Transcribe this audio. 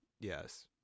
Yes